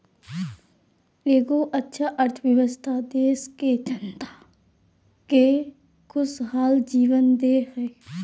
एगो अच्छा अर्थव्यवस्था देश के जनता के खुशहाल जीवन दे हइ